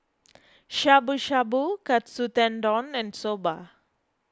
Shabu Shabu Katsu Tendon and Soba